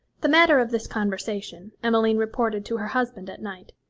the matter of this conversation emmeline reported to her husband at night,